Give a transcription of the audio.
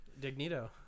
dignito